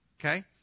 Okay